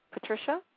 Patricia